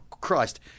Christ